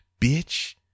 bitch